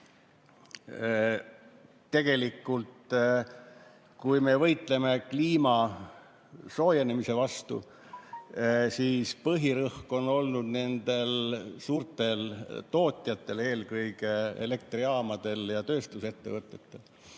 Tegelikult, kui me võitleme kliima soojenemise vastu, siis põhirõhk on olnud suurtel tootjatel, eelkõige elektrijaamadel ja tööstusettevõtetel.